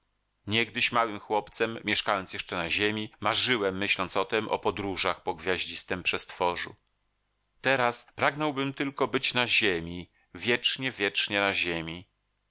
niegdyś małym chłopcem mieszkając jeszcze na ziemi marzyłem myśląc o tem o podróżach po gwiaździstem przestworzu teraz pragnąłbym tylko być na ziemi wiecznie wiecznie na ziemi